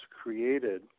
created